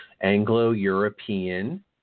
Anglo-European